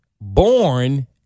born